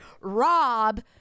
Rob